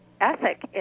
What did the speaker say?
ethic